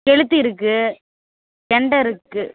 கெளுத்தி இருக்குது கெண்டை இருக்குது